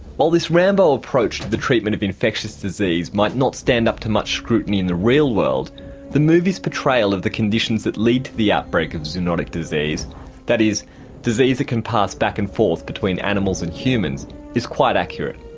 while this rambo approach to the treatment of infectious disease might not stand up to much scrutiny in the real world the movie's portrayal of the conditions that lead to the outbreak of zoonotic disease that is disease that can pass back and forth between animals and humans is quite accurate.